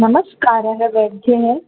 नमस्कारः वैद्यः